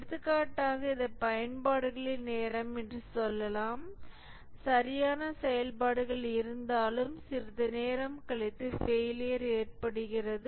எடுத்துக்காட்டாக இது பயன்பாடுகளின் நேரம் என்று சொல்லலாம் சரியான செயல்பாடுகள் இருந்தாலும் சிறிது நேரம் கழித்து ஃபெயிலியர் ஏற்படுகிறது